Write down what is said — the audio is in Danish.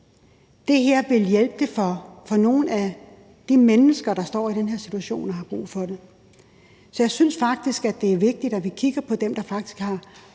Det vil hjælpe nogle af de mennesker, der står i den her situation og har brug for det. Så jeg synes faktisk, det er vigtigt, at vi kigger på dem, der faktisk har